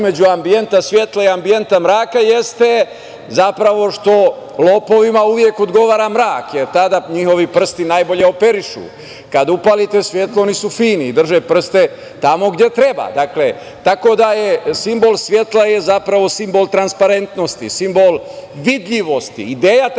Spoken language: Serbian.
između ambijenta svetla i ambijenta mraka jeste zapravo što lopovima uvek odgovara mrak, jer tada njihovi prsti najbolje operišu. Kada upalite svetlo, oni su fini i drže prste tamo gde treba. Tako da, simbol svetla je zapravo simbol transparentnosti, simbol vidljivosti. Ideja transparentnosti